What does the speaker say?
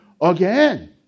again